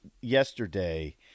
yesterday